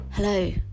Hello